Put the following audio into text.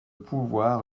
pouvoir